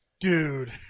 dude